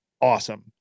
awesome